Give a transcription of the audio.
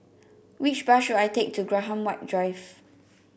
which bus should I take to Graham White Drive